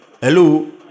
Hello